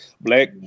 black